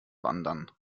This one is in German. wandern